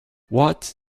what